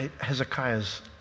Hezekiah's